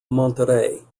monterrey